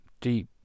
Deep